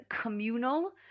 communal